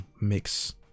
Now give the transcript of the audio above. mix